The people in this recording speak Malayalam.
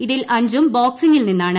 ഇതിൽ അഞ്ചും ബോക്സിംഗിൽ നിന്നാണ്